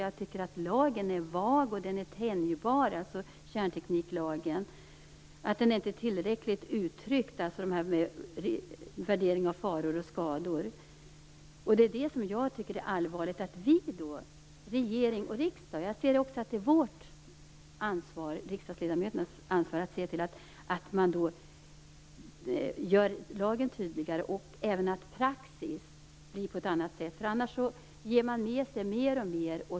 Jag tycker att kärntekniklagen är vag och tänjbar och att den inte är tillräckligt uttrycklig när det gäller värdering av faror och skador. Det tycker jag är allvarligt. Här har regering och riksdag ett ansvar. Jag ser det som vårt ansvar som riksdagsledamöter att se till att göra lagen tydligare och även att praxis blir annorlunda. Annars ger man med sig mer och mer.